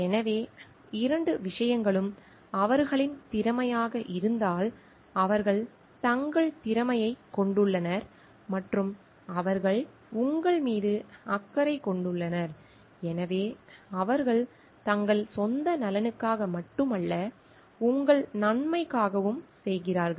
எனவே இரண்டு விஷயங்களும் அவர்களின் திறமையாக இருந்தால் அவர்கள் தங்கள் திறமையை கொண்டுள்ளனர் மற்றும் அவர்கள் உங்கள் மீது அக்கறை கொண்டுள்ளனர் எனவே அவர்கள் தங்கள் சொந்த நலனுக்காக மட்டுமல்ல உங்கள் நன்மைக்காகவும் செய்கிறார்கள்